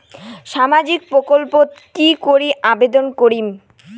সামাজিক প্রকল্পত কি করি আবেদন করিম?